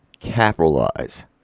Capitalize